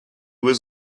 was